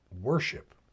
Worship